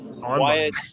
quiet